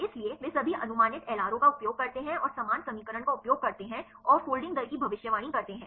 इसलिए वे सभी अनुमानित एलआरओ का उपयोग करते हैं और समान समीकरण का उपयोग करते हैं और फोल्डिंग दर की भविष्यवाणी करते हैं